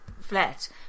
flat